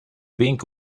being